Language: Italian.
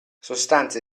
sostanze